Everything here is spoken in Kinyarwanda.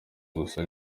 gusa